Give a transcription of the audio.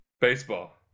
Baseball